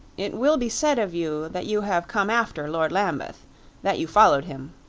it will be said of you that you have come after lord lambeth that you followed him.